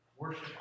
Worship